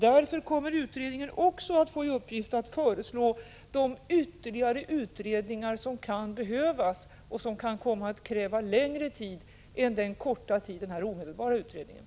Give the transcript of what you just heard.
Därför kommer utredningen också att få i uppgift att föreslå de ytterligare utredningar som kan behövas och som kan komma att kräva längre tid än den nu omedelbart aktuella utredningen.